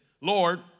Lord